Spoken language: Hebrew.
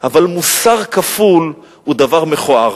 אבל מוסר כפול הוא דבר מכוער.